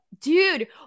dude